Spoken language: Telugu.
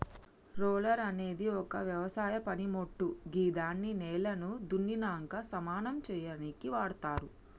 రోలర్ అనేది ఒక వ్యవసాయ పనిమోట్టు గిదాన్ని నేలను దున్నినంక సమానం సేయనీకి వాడ్తరు